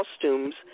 costumes